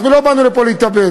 אנחנו לא באנו לפה להתאבד.